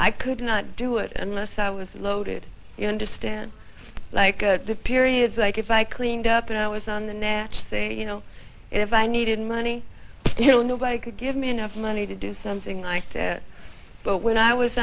i could not do it unless i was loaded you understand like the periods like if i cleaned up and i was on the net say you know if i needed money you know nobody could give me enough money to do something like that but when i was